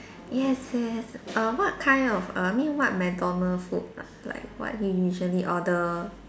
yes yes err what kind of err I mean what McDonald food like what you usually order